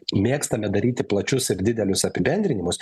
mėgstame daryti plačius ir didelius apibendrinimus